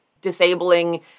disabling